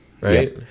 right